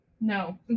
No